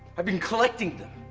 i've been collecting them.